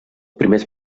primers